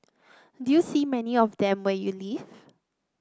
do you see many of them where you live